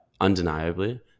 undeniably